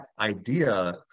idea